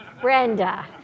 Brenda